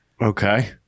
Okay